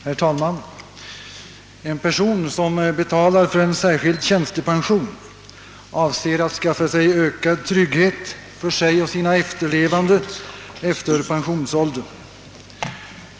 Herr talman! En person som betalar för en särskild tjänstepension avser att skaffa sig ökad trygghet för sig och sina efterlevande efter — pensionsåldern.